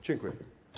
Dziękuję.